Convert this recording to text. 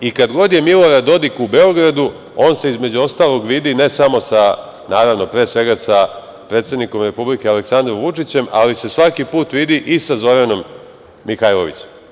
I kad god je Milorad Dodik u Beogradu, on se između ostalog vidi ne samo sa, naravno, pre svega sa predsednikom Republike, Aleksandrom Vučićem, ali se svaki put vidi i sa Zoranom Mihajlović.